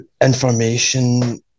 information